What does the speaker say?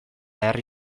herri